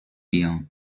بیام